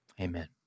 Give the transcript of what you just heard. Amen